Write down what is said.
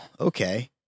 okay